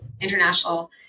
international